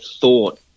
thought